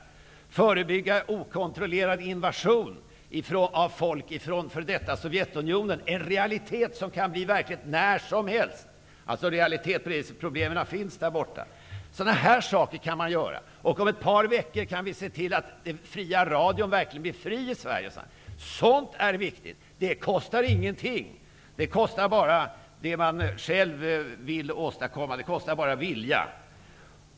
Man kan också förebygga okontrollerad invasion av människor från f.d. Sovjetunionen. En sådan invasion är nämligen en realitet som kan bli verklighet när som helst. Det är en realitet på det sättet att problemen finns där borta. Sådana här åtgärder kan man vidta. Om ett par veckor kan vi även se till att den fria radion verkligen blir fri i Sverige. Sådant är viktigt. Det kostar ingenting. Det kostar bara det som man själv vill åstadkomma. Det kostar bara vilja.